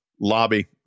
lobby